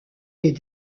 est